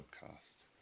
Podcast